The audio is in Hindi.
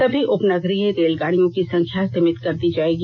सभी उपनगरीय रेलगाड़ियों की संख्या सीमित कर दी जाएगी